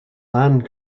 land